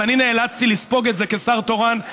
אבל אני נאלצתי לספוג את זה כשר תורן.